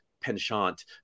penchant